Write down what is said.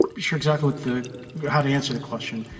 sure exactly what the how to answer the question.